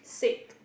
sick